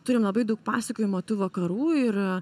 turim labai daug pasakojimo tų vakarų ir